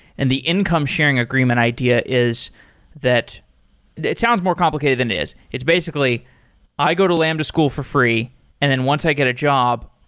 and the income sharing agreement idea is that it sounds more complicated than it is. it's basically i go to lambda school for free and once i get a job,